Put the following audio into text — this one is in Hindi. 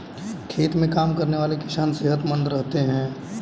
खेत में काम करने वाले किसान सेहतमंद रहते हैं